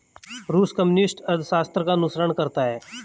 रूस कम्युनिस्ट अर्थशास्त्र का अनुसरण करता है